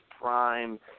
prime